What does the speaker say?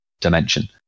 dimension